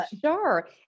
Sure